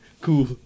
Cool